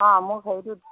অঁ মোক সেইটো